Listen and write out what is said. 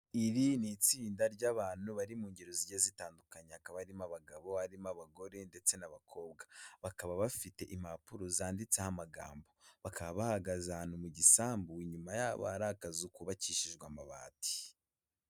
Iri ni itsinda ry'abantu bari mu ngero zigiye zitandukanye, hakabamo abagabo, harimo abagore ndetse n'abakobwa, bakaba bafite impapuro zanditseho amagambo, bakaba bahagaze ahantu mu gisambu, inyuma yabo hari akazu kubakishijwe amabati.